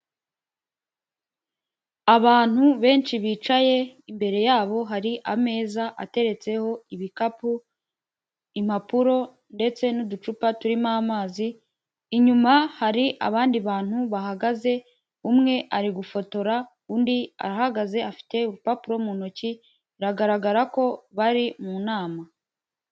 Abantu benshi bicaye imbere yabo hari ameza ateretseho ibikapu, impapuro, ndetse n'uducupa turimo amazi, inyuma hari abandi bantu bahagaze umwe ari gufotora undi arahagaze afite urupapuro mu ntoki, biragaragara ko bari mu nama.